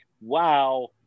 wow